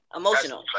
emotional